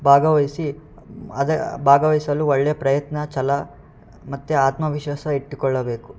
ಭಾಗವಹಿಸಿ ಅದ ಭಾಗವಹಿಸಲು ಒಳ್ಳೆಯ ಪ್ರಯತ್ನ ಛಲ ಮತ್ತು ಆತ್ಮ ವಿಶ್ವಾಸ ಇಟ್ಟುಕೊಳ್ಳಬೇಕು